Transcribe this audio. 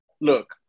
look